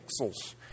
pixels